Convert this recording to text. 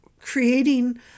creating